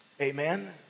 Amen